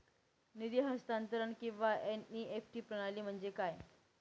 निधी हस्तांतरण किंवा एन.ई.एफ.टी प्रणाली म्हणजे काय?